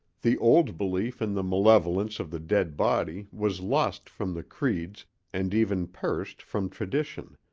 the old belief in the malevolence of the dead body was lost from the creeds and even perished from tradition,